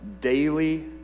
daily